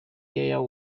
there